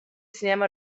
cinema